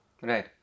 Right